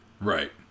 right